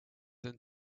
them